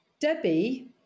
Debbie